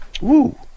Woo